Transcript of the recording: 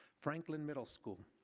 franklin middle school,